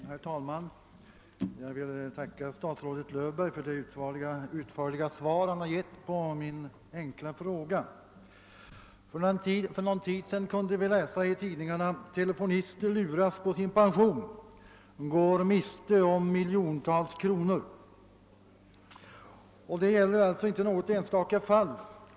Herr talman! Jag vill tacka statsrådet Löfberg för det utförliga svar han har givit på min enkla fråga. För någon tid sedan kunde vi läsa i tidningarna: »Telefonister luras på sin pension, går miste om miljontals kronor.» Det gäller alltså inte bara något enstaka fall.